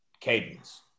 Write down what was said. cadence